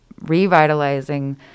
revitalizing